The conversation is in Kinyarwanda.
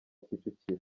kicukiro